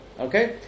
Okay